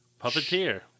puppeteer